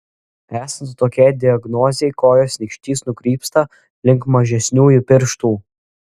esant tokiai diagnozei kojos nykštys nukrypsta link mažesniųjų pirštų